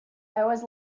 always